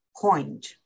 point